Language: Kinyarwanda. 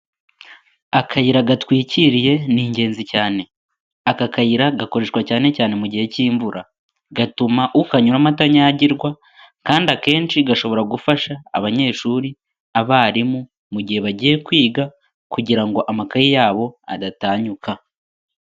Akayira gatwikiriye ni ingenzi cyane, aka kayira gakoreshwa cyane cyane mu gihe cy'imvura, gatuma ukanyuramo atanyagirwa kandi akenshi gashobora gufasha abanyeshuri, abarimu, mu gihe bagiye kwiga kugira ngo amakaye yabo adatanyuka.